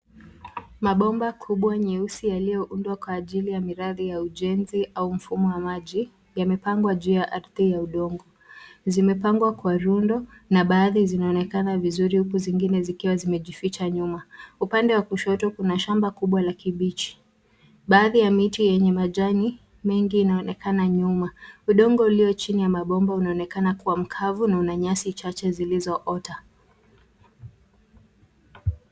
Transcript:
Mabomba kubwa nyeusi yaliyoundwa kwa ajili ya ujenzi au mfumo wa maji yamepangwa juu ya ardhi ya udongo. Zimepangwa kwa rundo na baadhi zinaonekana vizuri huku zingine zikiwa zimejificha nyuma. Upande wa kushoto kuna shamba kubwa la kibichi. Baadhi ya miti yenye majani mengi inaonekana nyuma. Udongo ulio chini ya mabomba unaonekana kuwa mkavu na una nyasi chache zilizoota.